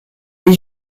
les